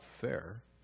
fair